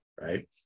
right